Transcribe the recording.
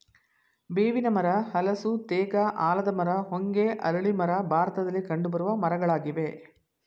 ಬೇವಿನ ಮರ, ಹಲಸು, ತೇಗ, ಆಲದ ಮರ, ಹೊಂಗೆ, ಅರಳಿ ಮರ ಭಾರತದಲ್ಲಿ ಕಂಡುಬರುವ ಮರಗಳಾಗಿವೆ